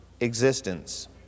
existence